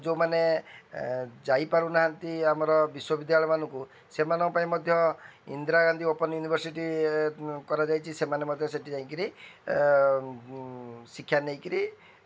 ଯୋଉମାନେ ଯାଇ ପାରୁନାହାନ୍ତି ଆମର ବିଶ୍ୱବିଦ୍ୟାଳୟ ମାନଙ୍କୁ ସେମାନଙ୍କ ପାଇଁ ମଧ୍ୟ ଇନ୍ଦିରା ଗାନ୍ଧୀ ଓପନ୍ ୟୁନିର୍ଭସିଟି କରାଯାଇଛି ସେମାନେ ମଧ୍ୟ ସେଠି ଯାଇକିରି ଶିକ୍ଷା ନେଇକିରି